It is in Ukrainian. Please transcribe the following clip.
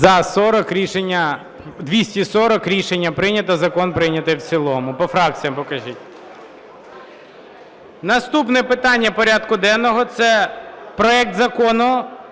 За-240 Рішення прийнято. Закон прийнятий в цілому. По фракціям покажіть. Наступне питання порядку денного – це проект Закону